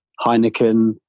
heineken